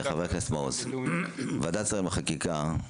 חבר הכנסת מעוז, ועדת שרים לחקיקה,